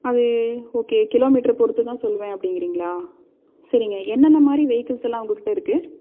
அது ஓகே கிலோ மீட்டர பொருத்து தான் சொல்லுவேன் அப்படிங்கிறீங்களா சரிங்க என்னென்ன மாதிரி வெகிக்கிள்ஸ் எல்லாம் உங்கள்கிட்ட இருக்கு